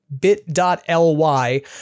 bit.ly